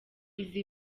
izi